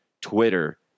Twitter